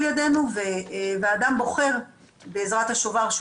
באיזה הכשרות?